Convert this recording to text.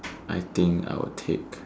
I think I would take